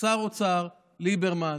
שר האוצר ליברמן,